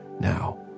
now